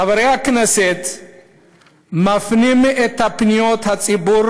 חברי הכנסת מפנים את פניות הציבור